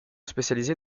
spécialisée